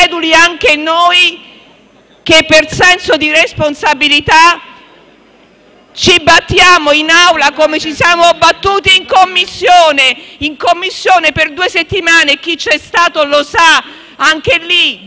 da lì nasce il ritardo. Noi per senso di responsabilità siamo stati in quella Commissione e siamo presenti in quest'Aula, perché per noi viene prima di tutto il Paese. Noi al Paese una manovra gliela vogliamo dare,